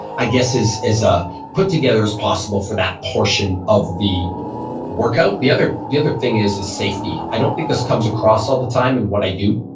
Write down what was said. i guess as ah put together as possible for that portion of the workout the other the other thing is, is safety. i don't think this comes across all the time in what i do.